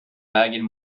vägen